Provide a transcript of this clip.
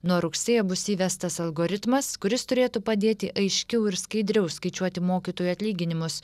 nuo rugsėjo bus įvestas algoritmas kuris turėtų padėti aiškiau ir skaidriau skaičiuoti mokytojų atlyginimus